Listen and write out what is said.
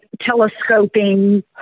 telescoping